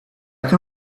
can